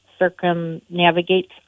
circumnavigates